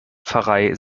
pfarrei